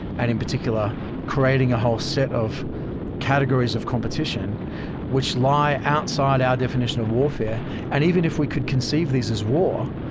and in particular creating a whole set of categories of competition which lie outside our definition of warfare and even if we could conceive these as war,